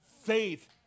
faith